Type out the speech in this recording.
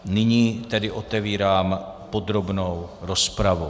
Nyní tedy otevírám podrobnou rozpravu.